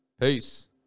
Peace